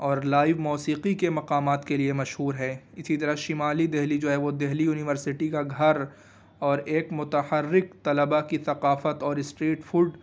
اور لائیو موسیقی کے مقامات کے لیے مشہور ہے اسی طرح شمالی دلی جو ہے وہ دلی یونیورسٹی کا گھر اور ایک متحرک طلبہ کی ثقافت اور اسٹریٹ فوڈ